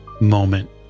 moment